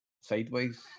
sideways